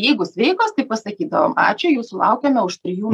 jeigu sveikos tai pasakydavom ačiū jūsų laukiame už trijų